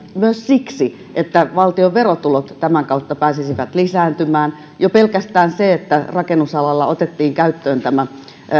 myös siksi että valtion verotulot tätä kautta pääsisivät lisääntymään jo pelkästään se että rakennusalalla otettiin käyttöön